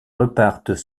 repartent